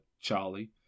Charlie